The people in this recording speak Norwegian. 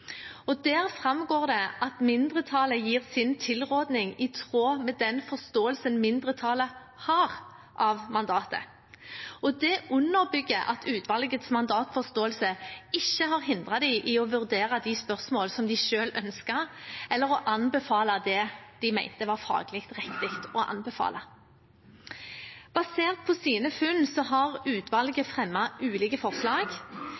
og der framgår det at mindretallet gir sin tilråding i tråd med den forståelsen mindretallet har av mandatet. Det underbygger at utvalgets mandatforståelse ikke har hindret dem i å vurdere de spørsmål de selv ønsker, eller å anbefale det de mente var faglig riktig å anbefale. Basert på sine funn har utvalget fremmet ulike forslag.